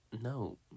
No